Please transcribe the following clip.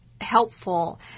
helpful